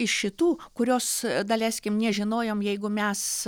iš šitų kurios daleiskim nežinojom jeigu mes